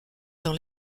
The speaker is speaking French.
dans